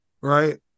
right